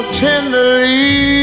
tenderly